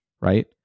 Right